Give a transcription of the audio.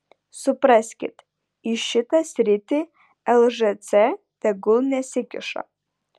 supraskit į šitą sritį lžc tegul nesikiša